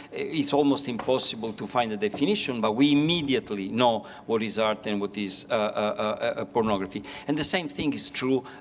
it's almost impossible to find the definition. but we immediately know what is art and what is ah pornography. and the same thing is true